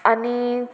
आनी